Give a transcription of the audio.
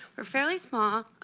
we're fairly small,